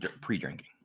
Pre-drinking